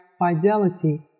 fidelity